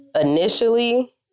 Initially